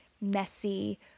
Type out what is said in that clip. messy